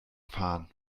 fahren